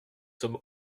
sommes